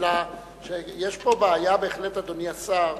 יש פה בעיה בהחלט, אדוני השר,